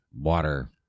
water